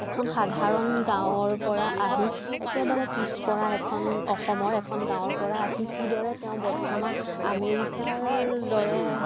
এখন সাধাৰণ গাঁৱৰ পৰা আহি একেবাৰে পিছপৰা এখন অসমৰ এখন গাঁৱৰ পৰা আহি কিদৰে তেওঁ বৰ্তমান আমেৰিকাৰ দৰে